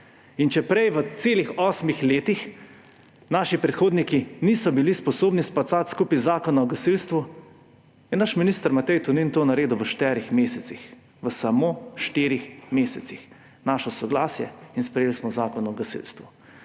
In če prej v celih osmih letih naši predhodniki niso bili sposobni spacati skupaj zakona o gasilstvu, je naš minister Matej Tonin to naredil v štirih mesecih, v samo štirih mesecih našel soglasje in sprejeli smo Zakon o gasilstvu.